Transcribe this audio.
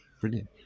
brilliant